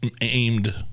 aimed